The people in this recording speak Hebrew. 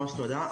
ממש תודה,